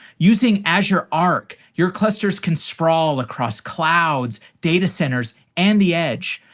using azure arc, your clusters can sprawl across clouds, datacenters, and the edge,